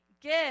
give